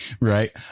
Right